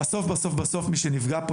בסוף בסוף מי שנפגע פה,